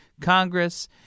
Congress